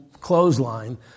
clothesline